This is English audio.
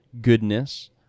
goodness